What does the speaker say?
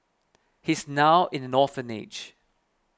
he's now in an orphanage